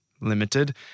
limited